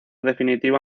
definitivo